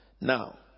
Now